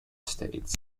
states